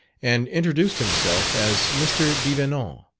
and introduced himself as mr. devenant.